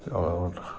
اور